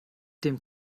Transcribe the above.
dem